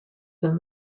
than